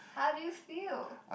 how do you feel